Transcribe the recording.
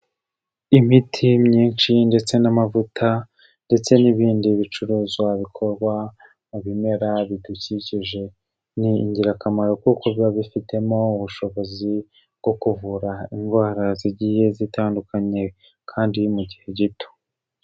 Imiti myinshi ndetse n'amavuta ndetse n'ibindi bicuruzwa bikorwa mu bimera bidukikije, ni ingirakamaro kuko biba bifitemo ubushobozi bwo kuvura indwara zigiye zitandukanye kandi mu gihe gito.